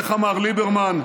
איך אמר ליברמן?